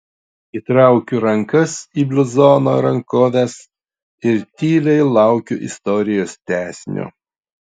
įtraukiu rankas į bluzono rankoves ir tyliai laukiu istorijos tęsinio